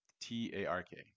T-A-R-K